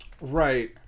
Right